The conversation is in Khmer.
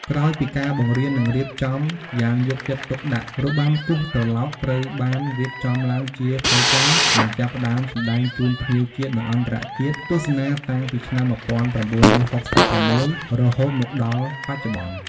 ក្រោយពីការបង្រៀន និងរៀបចំយ៉ាងយកចិត្តទុកដាក់ របាំគោះត្រឡោកត្រូវបានរៀបចំឡើងជាផ្លូវការ និងចាប់ផ្ដើមសម្តែងជូនភ្ញៀវជាតិ និងអន្តរជាតិទស្សនាតាំងពីឆ្នាំ១៩៦៦ រហូតមកដល់បច្ចុប្បន្ន។